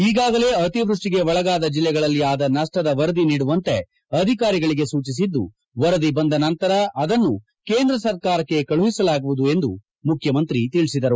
ಈಗಾಗಲೇ ಅಕಿವೃಷ್ಟಿಗೆ ಒಳಗಾದ ಜಿಲ್ಲೆಗಳಲ್ಲಿ ಆದ ನಷ್ಟದ ವರದಿ ನೀಡುವಂತೆ ಅಧಿಕಾರಿಗಳಿಗೆ ಸೂಚಿಸಿದ್ದು ವರದಿ ಬಂದ ನಂತರ ಅದನ್ನು ಕೇಂದ್ರ ಸರ್ಕಾರಕ್ಕೆ ಕಳುಹಿಸಲಾಗುವುದು ಎಂದು ಮುಖ್ಯಮಂತ್ರಿ ಹೇಳಿದರು